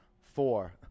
four